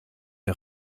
der